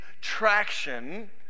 traction